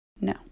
No